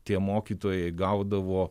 tie mokytojai gaudavo